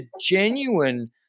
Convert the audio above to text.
genuine